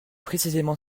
précisément